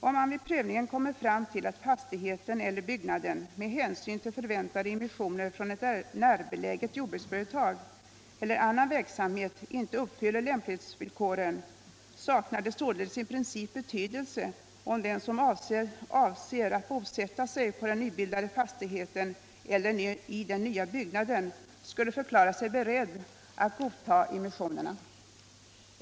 Om man vid prövningen kommer fram till att fastigheten eller byggnaden med hänsyn till förväntade immissioner från ett närbeläget jordbruksföretag eller annan verksamhet inte uppfyller lämplighetsvillkoren saknar det således i princip betydelse om den som avser att bosätta sig på den nybildade fastigheten eller i den nya byggnaden skulle förklara sig beredd att godta immissionerna.